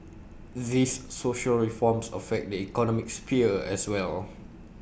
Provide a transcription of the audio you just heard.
these social reforms affect the economic sphere as well